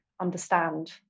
understand